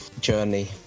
journey